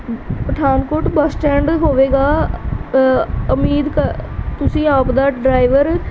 Pathankot bus stand ਹੋਵੇਗਾ ਉਮੀਦ ਕ ਤੁਸੀਂ ਆਪ ਦਾ ਡਰਾਈਵਰ